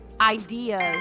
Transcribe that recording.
ideas